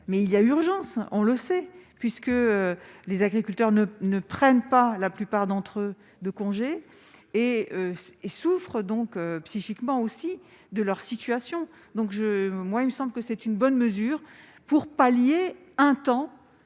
mais il y a urgence, on le sait, puisque les agriculteurs ne ne prennent pas la plupart d'entre eux de congés et s'il souffre donc psychiquement aussi de leur situation, donc je me moi il me semble que c'est une bonne mesure pour pallier un temps